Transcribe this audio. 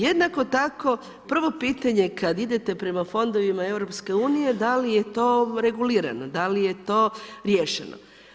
Jednako tako, prvo pitanje kada idete prema fondovima EU da li je to regulirano, da li je to riješeno.